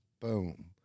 boom